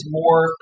more